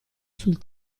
sul